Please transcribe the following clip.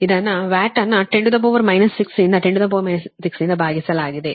ಇದನ್ನು ವ್ಯಾಟ್ ಅನ್ನು 10 6 ರಿಂದ ಭಾಗಿಸಲಾಗಿದೆ